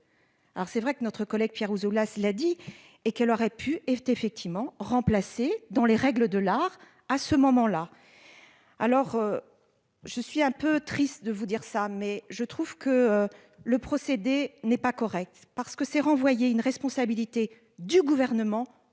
Alors c'est vrai que notre collègue Pierre Ouzoulias. Cela dit et qu'elle aurait pu éviter effectivement remplacé dans les règles de l'art. À ce moment-là. Alors. Je suis un peu triste de vous dire ça mais je trouve que le procédé n'est pas correct parce que c'est renvoyer une responsabilité du gouvernement